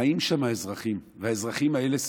חיים שם אזרחים והאזרחים האלה סובלים.